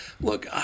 Look